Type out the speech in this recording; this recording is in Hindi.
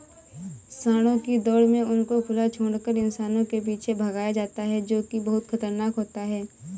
सांडों की दौड़ में उनको खुला छोड़कर इंसानों के पीछे भगाया जाता है जो की बहुत खतरनाक होता है